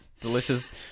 Delicious